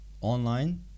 online